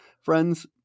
friends